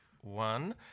one